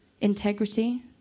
integrity